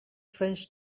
french